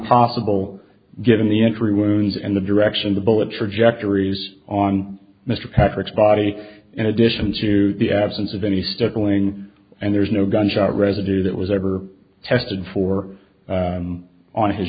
possible given the entry wounds and the direction the bullet trajectory has on mr patrick's body in addition to the absence of any circling and there's no gunshot residue that was ever tested for on his